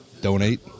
donate